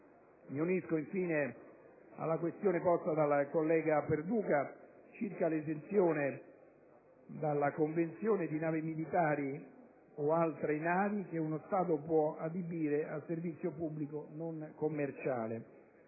Concordo, infine, con la questione posta dal collega Perduca, circa l'esenzione dalla Convenzione di navi militari o altre navi che uno Stato può adibire a servizio pubblico non commerciale.